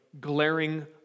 glaring